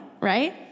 right